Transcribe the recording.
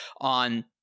on